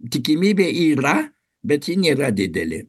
tikimybė yra bet ji nėra didelė